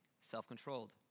self-controlled